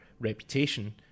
reputation